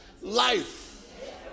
life